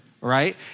right